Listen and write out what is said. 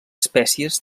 espècies